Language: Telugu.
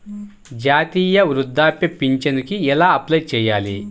జాతీయ వృద్ధాప్య పింఛనుకి ఎలా అప్లై చేయాలి?